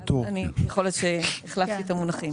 יכול להיות שהחלפתי את המונחים.